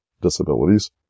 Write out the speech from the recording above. disabilities